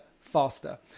faster